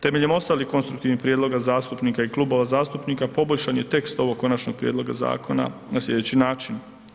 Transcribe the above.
Temeljem ostalih konstruktivnih prijedloga zastupnika i klubova zastupnika poboljšan je tekst ovog konačnog prijedloga zakona na sljedeći način.